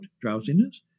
drowsiness